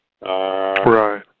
Right